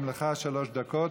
גם לך שלוש דקות.